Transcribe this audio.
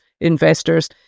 investors